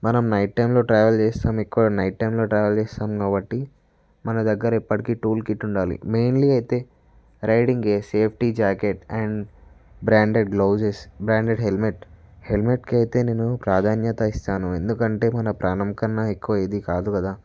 మనం నైట్ టైంలో ట్రావెల్ చేస్తాం ఎక్కువ నైట్ టైంలో ట్రావెల్ చేస్తాం కాబట్టి మన దగ్గర ఎప్పటికీ టూల్ కిట్ ఉండాలి మెయిన్లీ అయితే riding gear safety jacket and branded blouses branded helmet హెల్మెట్కైతే నేను ప్రాధాన్యత ఇస్తాను ఎందుకంటే మన ప్రాణం కన్నా ఎక్కువ ఇది కాదు కదా